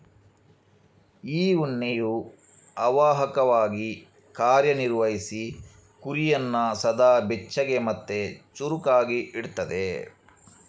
ಈ ಉಣ್ಣೆಯು ಅವಾಹಕವಾಗಿ ಕಾರ್ಯ ನಿರ್ವಹಿಸಿ ಕುರಿಯನ್ನ ಸದಾ ಬೆಚ್ಚಗೆ ಮತ್ತೆ ಚುರುಕಾಗಿ ಇಡ್ತದೆ